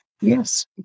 Yes